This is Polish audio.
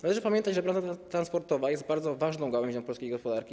Należy pamiętać, że branża transportowa jest bardzo ważną gałęzią polskiej gospodarki.